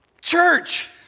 church